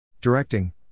Directing